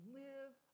live